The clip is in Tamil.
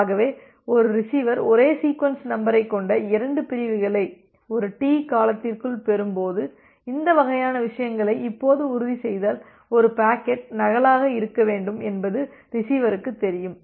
ஆகவே ஒரு ரிசீவர் ஒரே சீக்வென்ஸ் நம்பரைக் கொண்ட இரண்டு பிரிவுகளை ஒரு டி காலத்திற்குள் பெறும்போது இந்த வகையான விஷயங்களை இப்போது உறுதிசெய்தால் ஒரு பாக்கெட் நகலாக இருக்க வேண்டும் என்பது ரிசீவருக்குத் தெரியும்